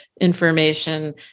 information